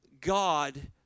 God